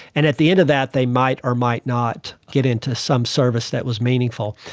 and at the end of that they might or might not get into some service that was meaningful.